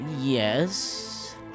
Yes